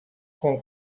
com